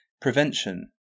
Prevention